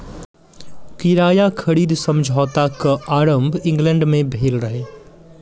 किराया खरीद समझौता के आरम्भ इंग्लैंड में भेल रहे